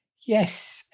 Yes